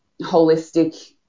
holistic